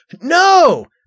No